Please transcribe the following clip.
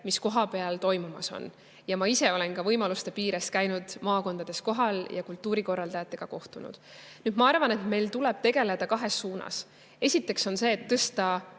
mis on kohapeal toimumas. Ja ma ise olen ka võimaluste piires käinud maakondades kohal ja kultuurikorraldajatega kohtunud. Ma arvan, et meil tuleb tegeleda kahes suunas. Esiteks [tuleb] tõsta